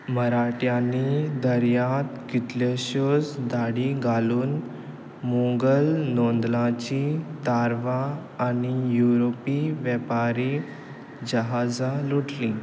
मराठ्यांनी दर्यांत कितल्योश्योच धाडी घालून मुगल नोंदलाचीं तारवां आनी युरोपी वेपारी जहाजां लुटलीं